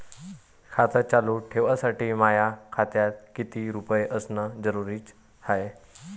खातं चालू ठेवासाठी माया खात्यात कितीक रुपये असनं जरुरीच हाय?